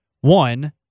One